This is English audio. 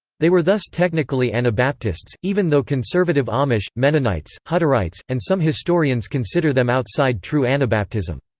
they were thus technically anabaptists, even though conservative amish, mennonites, hutterites, and some historians consider them outside true anabaptism.